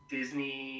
Disney